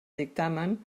dictamen